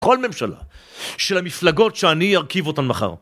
כל ממשלה של המפלגות שאני ארכיב אותן מחר.